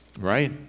Right